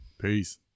Peace